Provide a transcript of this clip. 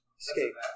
escape